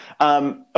Okay